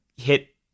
hit